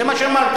זה מה שאמרת.